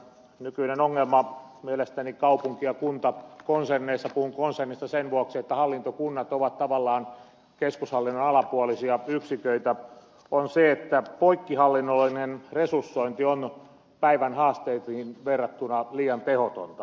nykyinen ongelma mielestäni kaupunki ja kuntakonserneissa puhun konsernista sen vuoksi että hallintokunnat ovat tavallaan keskushallinnon alapuolisia yksiköitä on se että poikkihallinnollinen resursointi on päivän haasteisiin verrattuna liian tehotonta